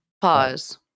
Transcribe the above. Pause